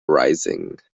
rising